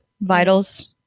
vitals